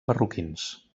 marroquins